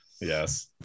Yes